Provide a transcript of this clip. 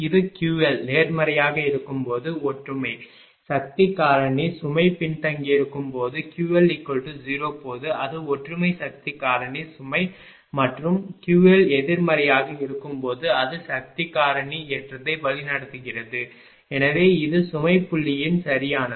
இது QL நேர்மறையாக இருக்கும்போது ஒற்றுமை சக்தி காரணி சுமை பின்தங்கியிருக்கும் போது QL 0 போது அது ஒற்றுமை சக்தி காரணி சுமை மற்றும் QL எதிர்மறையாக இருக்கும்போது அது சக்தி காரணி ஏற்றத்தை வழிநடத்துகிறது எனவே இது சுமைப் புள்ளியின் சரியானது